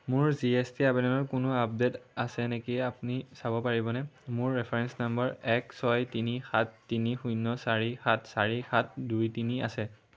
মোৰ G S T আবেদনত কোনো আপডেট আছে নেকি আপুনি চাব পাৰিবনে মোৰ ৰেফাৰেন্স নম্বৰ এক ছয় তিনি সাত তিনি শূন্য চাৰি সাত চাৰি সাত দুই তিনি আছে